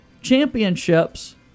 championships